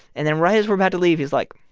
and then right as we're about to leave, he's like,